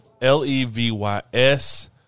L-E-V-Y-S